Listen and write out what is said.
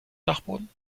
dachboden